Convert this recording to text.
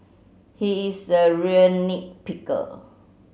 he is a real nit picker